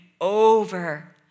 over